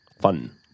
fun